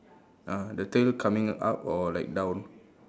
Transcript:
uh the tail coming up or like down